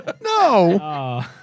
No